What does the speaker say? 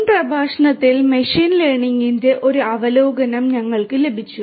മുൻ പ്രഭാഷണത്തിൽ മെഷീൻ ലേണിംഗിന്റെ ഒരു അവലോകനം ഞങ്ങൾക്ക് ലഭിച്ചു